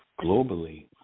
globally